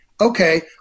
okay